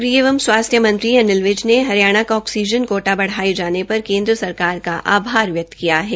गृह एवं स्वास्थ्य मंत्री अनिल विज ने हरियाणा का आक्सीजन कोटा बढ़ाए जाने पर केन्द्र सरकार का आभार व्यक्त किया हैं